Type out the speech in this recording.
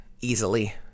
easily